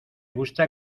gusta